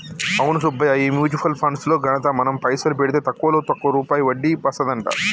అవును సుబ్బయ్య ఈ mutual funds లో ఘనత మనం పైసలు పెడితే తక్కువలో తక్కువ రూపాయి వడ్డీ వస్తదంట